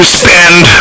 spend